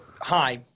hi